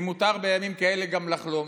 אם מותר בימים כאלה גם לחלום.